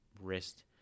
wrist